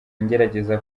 ngerageza